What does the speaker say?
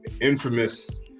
infamous